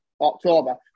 October